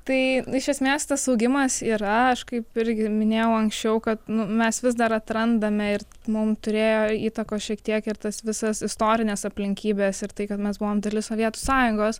tai iš esmės tas augimas yra aš kaip irgi minėjau anksčiau kad mes vis dar atrandame ir mum turėjo įtakos šiek tiek ir tas visas istorinės aplinkybės ir tai kad mes buvom dalis sovietų sąjungos